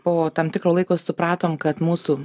po tam tikro laiko supratom kad mūsų